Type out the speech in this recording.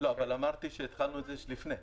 --- אמרתי שהתחלתי לפני.